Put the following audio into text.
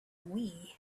wii